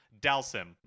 Dalsim